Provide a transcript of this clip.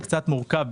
זה קצת מורכב,